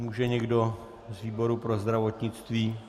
Může někdo z výboru pro zdravotnictví?